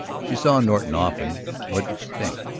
she saw norton often what did she think?